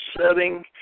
setting